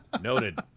Noted